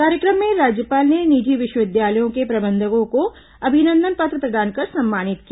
कार्यक्रम में राज्यपाल ने निजी विश्वविद्यालयों के प्रबंधकों को अभिनंदन पत्र प्रदान कर सम्मानित किया